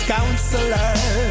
Counselor